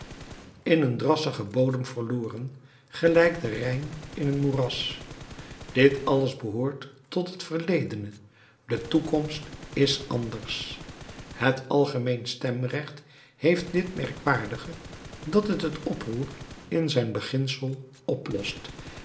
in een drassigen bodem verloren gelijk de rijn in een moeras dit alles behoort tot het verledene de toekomst is anders het algemeen stemrecht heeft dit merkwaardige dat het het oproer in zijn beginsel oplost